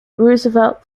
roosevelt